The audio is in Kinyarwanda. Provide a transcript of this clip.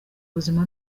buzima